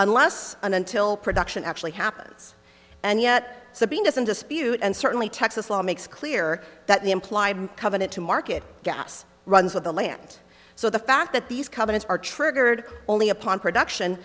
unless until production actually happens and yet so being doesn't dispute and certainly texas law makes clear that the implied covenant to market gas runs with the land so the fact that these companies are triggered only upon production